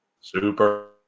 Super